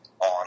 on